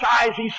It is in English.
size